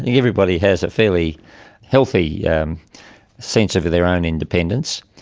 everybody has a fairly healthy yeah um sense of of their own independence,